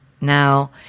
now